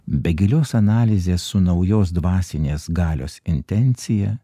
be gilios analizės su naujos dvasinės galios intencija